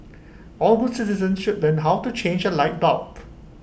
all good citizens should learn how to change A light bulb